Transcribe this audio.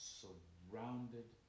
surrounded